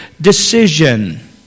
decision